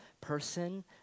person